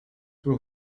will